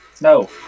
No